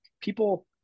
people